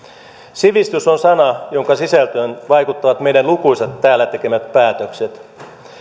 sivistys on sana jonka sisältöön vaikuttavat lukuisat meidän täällä tekemät päätökset